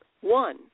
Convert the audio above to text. one